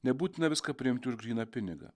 nebūtina viską priimti už gryną pinigą